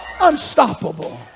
unstoppable